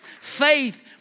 Faith